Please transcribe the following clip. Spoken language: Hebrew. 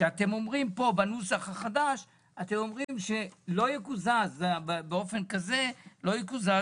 שאתם אומרים פה שלא יקוזזו סכומים באופן כזה מהפיצויים.